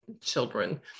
children